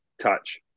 touch